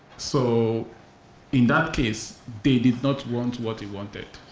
so in that case, they did not want what he wanted.